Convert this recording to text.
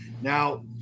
Now